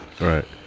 Right